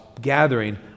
gathering